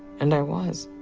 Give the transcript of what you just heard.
and i was.